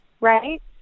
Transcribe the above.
right